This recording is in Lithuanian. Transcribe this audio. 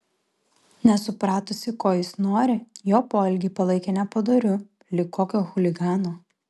nesupratusi ko jis nori jo poelgį palaikė nepadoriu lyg kokio chuligano